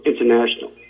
international